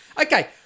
okay